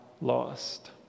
lost